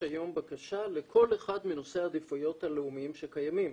היום בקשה לכל אחד מנושאי העדיפויות הלאומיים שקיימים,